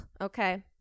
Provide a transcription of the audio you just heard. Okay